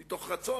מתוך רצון,